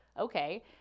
okay